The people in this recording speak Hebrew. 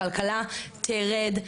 הכלכלה תרד,